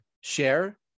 share